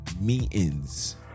meetings